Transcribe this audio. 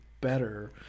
better